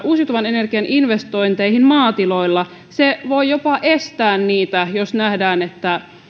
uusiutuvan energian investointeihin maatiloilla se voi jopa estää niitä jos nähdään